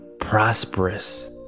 prosperous